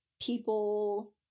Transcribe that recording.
people